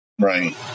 Right